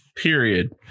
period